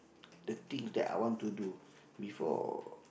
the things that I want to do before